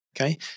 Okay